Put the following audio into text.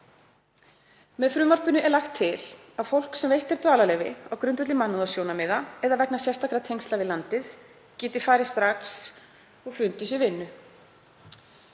Með frumvarpinu er lagt til að fólk sem veitt er dvalarleyfi á grundvelli mannúðarsjónarmiða eða vegna sérstakra tengsla við landið geti farið strax og fundið sér vinnu